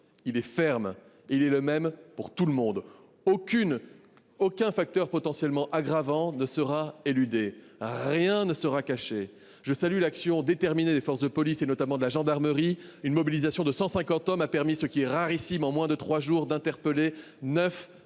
il est ferme, et il est le même pour tout le monde. Aucun facteur potentiellement aggravant ne sera éludé ; rien ne sera caché. Je salue l’action déterminée des forces de police, notamment de la gendarmerie. Une mobilisation de 150 hommes a permis en moins de trois jours – ce qui est